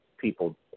people